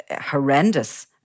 horrendous